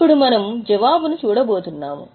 ఇప్పుడు మనము జవాబును చూడబోతున్నాము